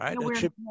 right